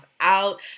out